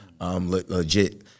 Legit